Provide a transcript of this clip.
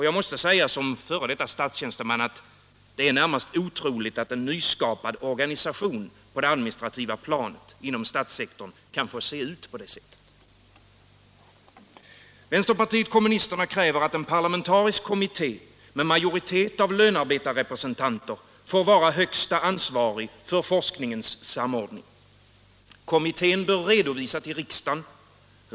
Jag måste som f. d. statstjänsteman säga att det är närmast otroligt att en nyskapad organisation på det administrativa planet inom statssektorn kan få se ut på det sättet. Vänsterpartiet kommunisterna kräver att en parlamentarisk kommitté med majoritet av lönarbetarrepresentanter får vara högsta ansvariga instans för forskningens samordning. Kommittén bör redovisa till riksdagen.